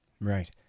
Right